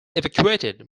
evacuated